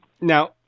now